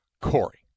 Corey